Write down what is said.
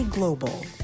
Global